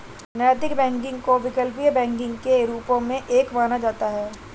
नैतिक बैंकिंग को वैकल्पिक बैंकिंग के कई रूपों में से एक माना जाता है